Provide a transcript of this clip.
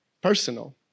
personal